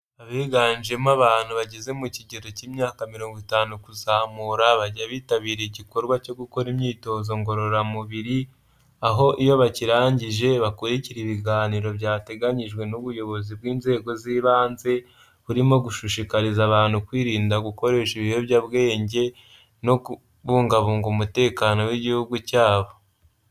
Abiganjemo abantu bageze mu kigero cy'imyaka mirongo itanu kuzamura bajya bitabira igikorwa cyo gukora imyitozo ngororamubiri, aho iyo bakirangije bakurikira ibiganiro byateganyijwe n'ubuyobozi bw'inzego z'ibanze, harimo gushishikariza abantu kwirinda gukoresha ibiyobyabwenge no kubungabunga umutekano w'igihugu cyabo.